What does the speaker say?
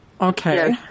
Okay